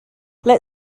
let